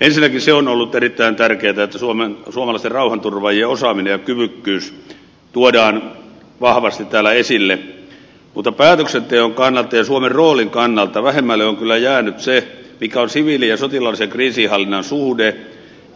ensinnäkin se on ollut erittäin tärkeätä että suomalaisten rauhanturvaajien osaaminen ja kyvykkyys tuodaan vahvasti täällä esille mutta päätöksenteon kannalta ja suomen roolin kannalta vähemmälle on kyllä jäänyt se mikä on siviili ja sotilaallisen kriisinhallinnan suhde